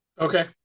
Okay